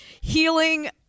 healing